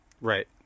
Right